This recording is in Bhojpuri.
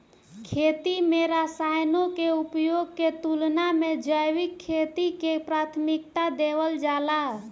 खेती में रसायनों के उपयोग के तुलना में जैविक खेती के प्राथमिकता देवल जाला